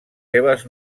seves